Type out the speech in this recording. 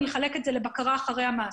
אתחיל בבקרה אחרי מעשה.